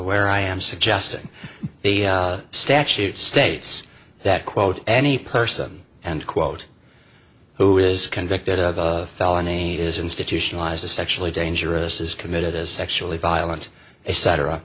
where i am suggesting the statute states that quote any person and quote who is convicted of a felony is institutionalized sexually dangerous as committed as sexually violent cetera